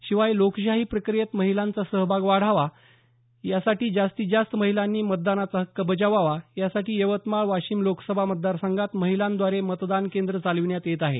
शिवाय लोकशाही प्रक्रियेत महिलांचा सहभाग वाढावा जास्तीत जास्त महिलांनी मतदानाचा हक्क बजावावा यासाठी यवतमाळ वाशिम लोकसभा मतदारसंघात महिलांव्दारे मतदान केंद्र चालविण्यात येत आहे